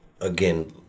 again